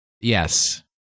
Yes